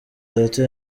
data